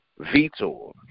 Vitor